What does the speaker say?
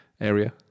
area